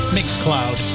Mixcloud